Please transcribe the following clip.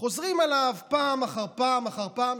שחוזרים עליו פעם אחר פעם אחר פעם,